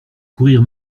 courir